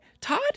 Todd